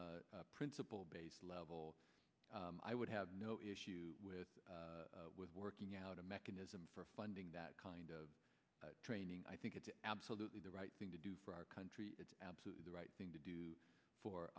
a principal base level i would have no issue with working out a mechanism for funding that kind of training i think it's absolutely the right thing to do for our country it's absolutely the right thing to do for